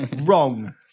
wrong